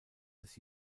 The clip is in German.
des